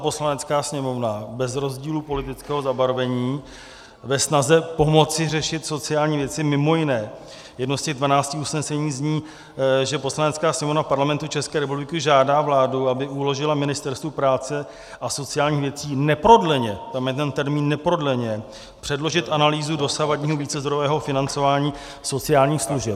Poslanecká sněmovna bez rozdílu politického zabarvení ve snaze pomoci řešit sociální věci mimo jiné jedno z těch dvanácti usnesení zní, že Poslanecká sněmovna Parlamentu České republiky žádá vládu, aby uložila Ministerstvu práce a sociálních věcí neprodleně tam je ten termín neprodleně předložit analýzu dosavadního vícezdrojového financování sociálních služeb.